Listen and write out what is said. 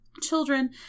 children